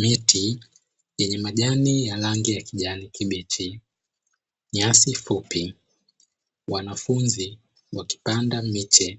Miti yenye majani ya rangi ya kijani kibichi, nyasi fupi. Wanafunzi wakipanda miche